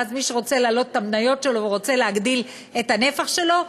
ואז מי שרוצה להעלות את המניות שלו ורוצה להגדיל את הנפח שלו,